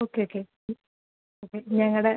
okay okay okay ഞങ്ങളുടെ